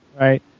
Right